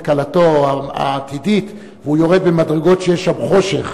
כלתו העתידית והוא יורד במדרגות שיש שם חושך.